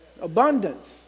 Abundance